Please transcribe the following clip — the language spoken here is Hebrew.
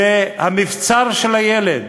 זה המבצר של הילד.